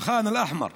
אל-ח'אן אל-אחמר.